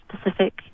specific